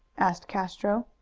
asked castro.